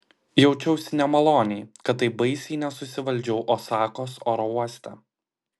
jaučiausi nemaloniai kad taip baisiai nesusivaldžiau osakos oro uoste